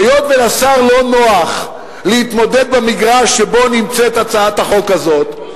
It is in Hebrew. היות שלשר לא נוח להתמודד במגרש שבו נמצאת הצעת החוק הזאת,